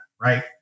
Right